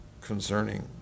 concerning